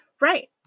Right